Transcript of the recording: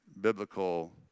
biblical